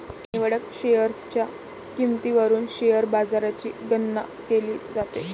निवडक शेअर्सच्या किंमतीवरून शेअर बाजाराची गणना केली जाते